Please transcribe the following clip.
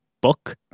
book